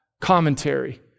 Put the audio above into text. commentary